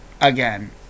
again